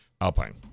Alpine